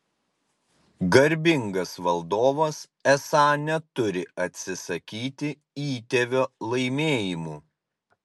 garbingas valdovas esą neturi atsisakyti įtėvio laimėjimų